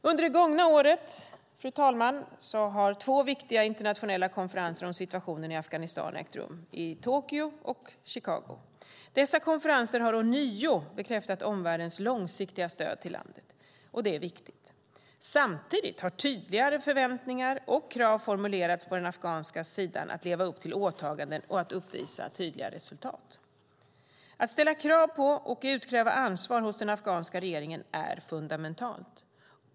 Under det gångna året har två viktiga internationella konferenser om situationen i Afghanistan ägt rum, i Tokyo och Chicago. Dessa konferenser har ånyo bekräftat omvärldens långsiktiga stöd till landet, och det är viktigt. Samtidigt har tydligare förväntningar och krav formulerats på den afghanska sidan att leva upp till åtaganden och att uppvisa tydliga resultat. Att ställa krav på och utkräva ansvar hos den afghanska regeringen är fundamentalt.